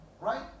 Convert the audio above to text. right